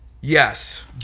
Yes